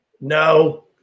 No